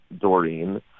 Doreen